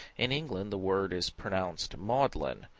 in england the word is pronounced maudlin,